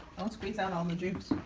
don't squeeze out all the juice.